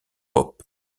pop